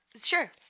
Sure